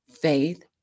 Faith